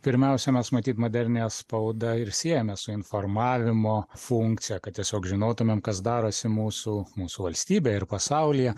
pirmiausia mes matyt moderniąją spaudą ir siejame su informavimo funkcija kad tiesiog žinotumėm kas darosi mūsų mūsų valstybėje ir pasaulyje